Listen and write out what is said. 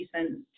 recent